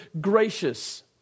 gracious